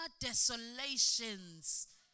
desolations